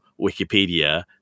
Wikipedia